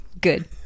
Good